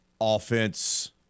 Offense